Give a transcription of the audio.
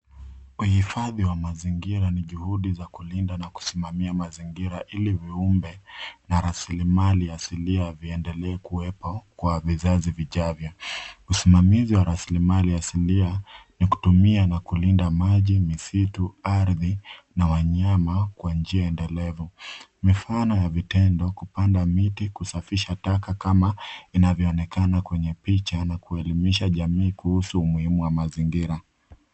Uhifadhi wa mazingira ni juhudi za kulinda na kusimamia mazingira ili viumbe na rasilimali asilia viendelee kuwepo kwa vizazi vijavyo. Usimamizi wa rasilimali asilia ni kutumia na kulinda maji, misitu, arthi na wanyama kwa njia endelevu. Mifano ya vitendo, kupanda miti ,kusafisha taka kama inavyoonekana kwenye picha na kuelimisha jamii kuhusu umuhimu wa mazingira.